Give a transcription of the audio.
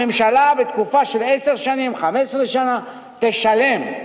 הממשלה, בתקופה של 10 15 שנים, תשלם.